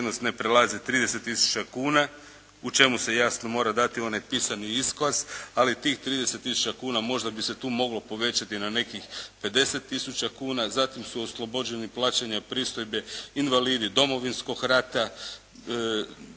ne prelazi 30 tisuća kuna, o čemu se jasno mora dati onaj pisani iskaz, ali tih 30 tisuća kuna možda bi se tu moglo povećati na nekih 50 tisuća kuna, zatim su oslobođeni plaćanja pristojbe invalidi Domovinskog rata.